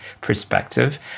perspective